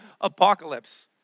apocalypse